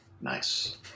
Nice